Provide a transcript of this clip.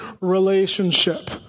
relationship